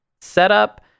setup